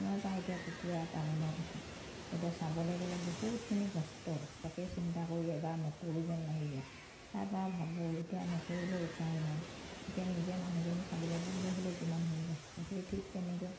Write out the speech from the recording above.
পৰা এতিয়া কুকুৰা পালনৰ কথা এতিয়া চাবলে গ'লে বহুতখিনি কষ্ট তাকে চিন্তা কৰি এবাৰ নকৰোঁ যেন লাগি যায় তাৰপা ভাবোঁ এতিয়া নকৰিলে উপায় নাই এতিয়া নিজে মানুহজনী খাবলে ববলে হ'লেও কিমানখিনি কষ্ট সেই ঠিক তেনেকে